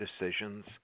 decisions